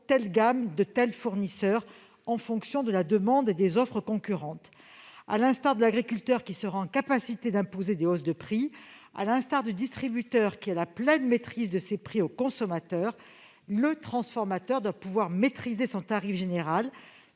telle gamme de tel fournisseur en fonction de la demande et des offres concurrentes. À l'instar de l'agriculteur qui sera en capacité d'imposer des hausses de prix, à l'instar du distributeur qui a la pleine maîtrise de ses prix au consommateur, le transformateur doit pouvoir maîtriser son tarif général